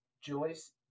Joyce